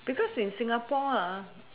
because in singapore